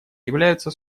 являются